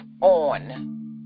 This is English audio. on